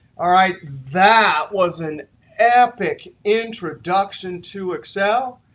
all right. that was an epic introduction to excel.